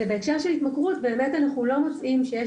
ובהקשר של התמכרות אנחנו לא מוצאים שיש